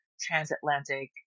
transatlantic